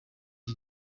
iki